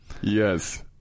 Yes